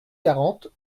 quarante